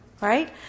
Right